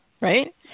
right